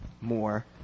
more